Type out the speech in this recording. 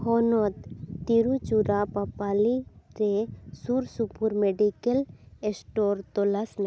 ᱦᱚᱱᱚᱛ ᱛᱤᱨᱩᱪᱩᱨᱟᱯᱟᱯᱟᱞᱤ ᱨᱮ ᱥᱩᱨᱥᱩᱯᱩᱨ ᱢᱮᱰᱤᱠᱮᱞ ᱮᱥᱴᱳᱨ ᱛᱚᱞᱟᱥ ᱢᱮ